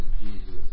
Jesus